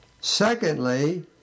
Secondly